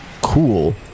cool